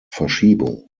verschiebung